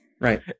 Right